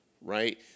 right